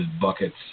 buckets